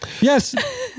Yes